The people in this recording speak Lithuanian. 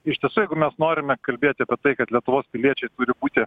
ištisai jeigu mes norime kalbėti apie tai kad lietuvos piliečiai turi būti